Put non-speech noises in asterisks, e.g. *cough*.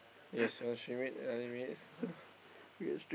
yes ninety minutes *noise*